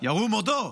ירום הודו,